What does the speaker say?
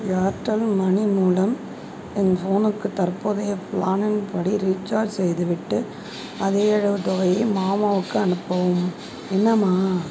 Airtel money மூலம் என் ஃபோனுக்கு தற்போதைய பிளானின் படி ரீசார்ஜ் செய்துவிட்டு அதேயளவு தொகையை மாமாவுக்கு அனுப்பவும் என்னமா